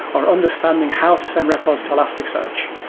or understanding how to send records to elasticsearch.